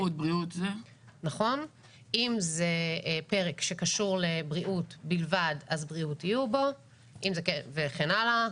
אם זה פרק שקשור לבריאות לבד אז בריאות יהיו בו וכן הלאה.